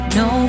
no